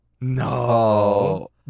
no